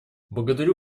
благодарю